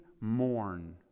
mourn